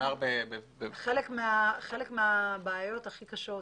חלק מהבעיות הכי קשות